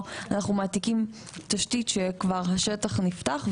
אנחנו מעתיקים תשתית שכבר השטח נפתח,